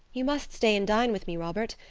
you must stay and dine with me, robert.